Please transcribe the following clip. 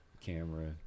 camera